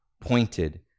pointed